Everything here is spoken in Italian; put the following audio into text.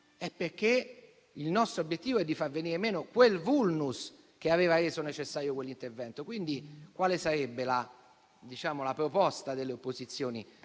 il nostro obiettivo è di far venir meno quel *vulnus* che aveva reso necessario quell'intervento. Quale sarebbe allora la proposta delle opposizioni?